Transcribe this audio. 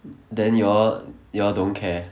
then you all you all don't care